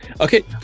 Okay